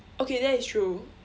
okay that is true